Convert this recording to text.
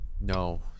No